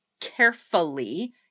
carefully